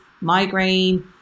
migraine